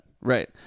Right